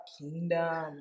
kingdom